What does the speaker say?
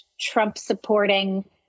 Trump-supporting